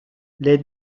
les